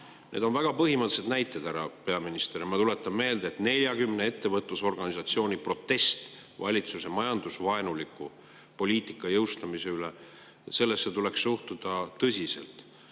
Need on väga põhimõttelised näiteid, härra peaminister, ja ma tuletan meelde, et 40 ettevõtlusorganisatsiooni protestis valitsuse majandusvaenuliku poliitika jõustumise üle, sellesse tuleks suhtuda tõsiselt.